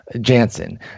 jansen